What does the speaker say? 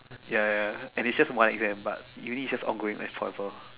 ya ya and is just one exam but uni is just ongoing like forever